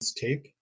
tape